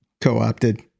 Co-opted